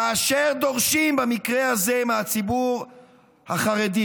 כאשר דורשים במקרה הזה מהציבור החרדי